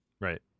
right